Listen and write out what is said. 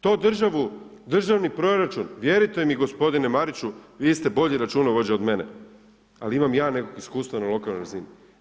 To državni proračun, vjerujte mi gospodine Mariću, vi ste bolji računovođa od mene, ali imam i ja nekog iskustva na lokalnoj razini.